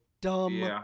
Dumb